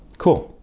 cool,